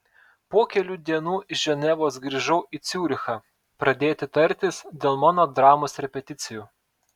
po kelių dienų iš ženevos grįžau į ciurichą pradėti tartis dėl mano dramos repeticijų